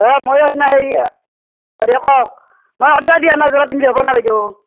অ' মইও সেইদিনা সেই অ' দে কওক মই অৰ্ডাৰ দিয়া যোৰা পিন্ধি যাবনে বাইদেউ